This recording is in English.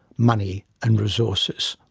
money and resources.